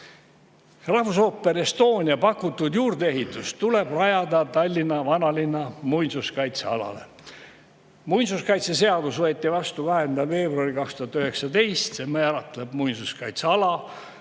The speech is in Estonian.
Rahvusooper Estonia pakutud juurdeehitus tuleb rajada Tallinna vanalinna muinsuskaitsealale. Muinsuskaitseseadus võeti vastu 20. veebruaril 2019. See määratleb muinsuskaitseala